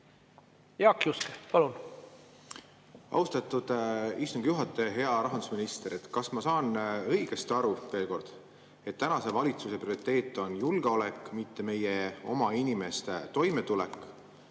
Jaak Juske, palun! Austatud istungi juhataja! Hea rahandusminister! Kas ma saan õigesti aru, et tänase valitsuse prioriteet on julgeolek, mitte meie oma inimeste toimetulek?